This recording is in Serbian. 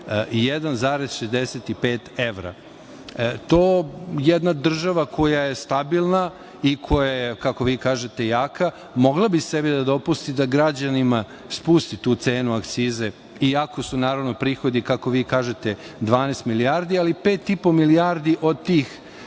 1,65 evra. To jedna država koja je stabilna i koja je, kako vi kažete, jaka mogla bi sebi da dopusti da građanima spusti tu cenu akcize, iako su naravno prihodi, kako vi kažete, dvanaest milijardi, ali pet i po milijardi od tih